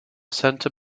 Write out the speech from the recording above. centre